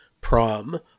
prom